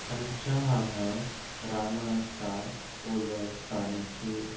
आमच्या हांगा रानां आसा ओलसाणीची